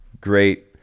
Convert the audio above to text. great